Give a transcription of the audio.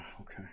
Okay